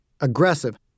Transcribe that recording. aggressive